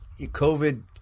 COVID